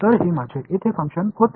तर हे माझे येथे फंक्शन होते